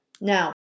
Now